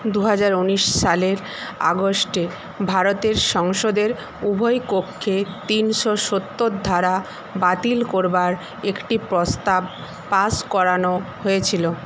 দুহাজার ঊনিশ সালের আগস্টে ভারতের সংসদের উভয় কক্ষে তিনশো সত্তর ধারা বাতিল করবার একটি প্রস্তাব পাশ করানো হয়েছিল